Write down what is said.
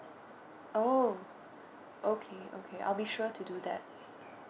oh okay okay I'll be sure to do that